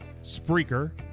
Spreaker